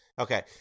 Okay